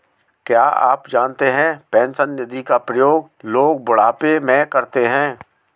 क्या आप जानते है पेंशन निधि का प्रयोग लोग बुढ़ापे में करते है?